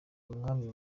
umwami